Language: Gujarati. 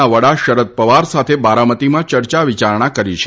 ના વડા શરદ પવાર સાથે બારામતીમાં ચર્ચા વિયારણા કરી છે